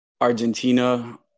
Argentina